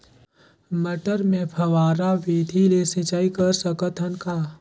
मटर मे फव्वारा विधि ले सिंचाई कर सकत हन का?